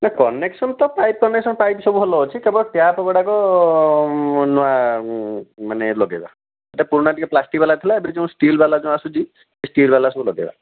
ନା କନେକ୍ସନ୍ ତ pipe connection pipe ସବୁ ଭଲ ଅଛି କେବଳ ଟ୍ୟାପ୍ଗୁଡ଼ାକ ନୂଆ ମାନେ ଲଗାଇବା ଏଇଟା ପୁରୁଣା ଟିକିଏ ପ୍ଲାଷ୍ଟିକ୍ ବାଲା ଥିଲା ଏବେ ଯେଉଁ ଷ୍ଟିଲ ବାଲା ଯେଉଁ ଆସୁଛି ସେ ଷ୍ଟିଲ ବାଲା ସବୁ ଲଗାଇବା